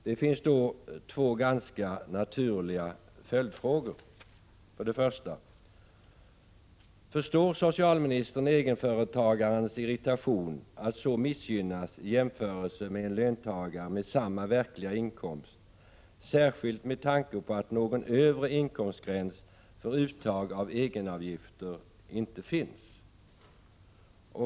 Det finns då två ganska naturliga följdfrågor. För det första: Förstår socialministern egenföretagarens irritation över att missgynnas på detta sätt i jämförelse med en löntagare med samma verkliga inkomst, särskilt med tanke på att någon övre inkomstgräns för uttag av egenavgifter inte finns?